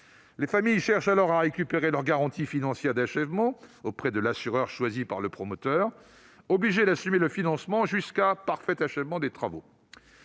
Les familles cherchent alors à récupérer leur garantie financière d'achèvement auprès de l'assureur choisi par le promoteur, obligé d'assumer le financement jusqu'à parfait achèvement des travaux.